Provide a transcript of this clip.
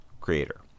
creator